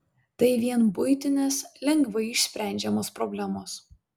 tai vien buitinės lengvai išsprendžiamos problemos